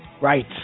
Right